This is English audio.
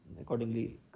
accordingly